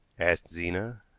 asked zena.